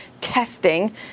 testing